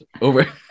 over